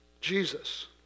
Jesus